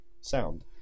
sound